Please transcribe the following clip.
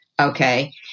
okay